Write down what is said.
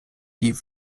die